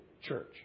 church